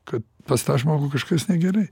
kad pas tą žmogų kažkas negerai